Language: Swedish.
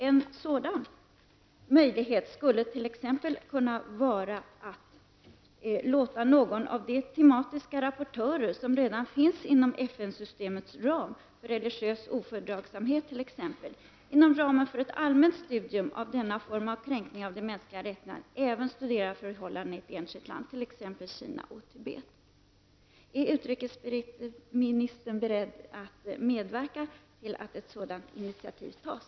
En möjlighet skulle t.ex. kunna vara att låta någon av de tematiska rapportörer som redan finns inom FN systemet för bl.a. religiös ofördragsamhet, inom ramen för ett allmänt studium av denna form av kränkningar av de mänskliga rättigheterna även studera förhållandena i ett enskilt land, t.ex. Kina och Tibet. Är utrikesministern beredd att medverka till att ett sådant initiativ tas?